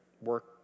work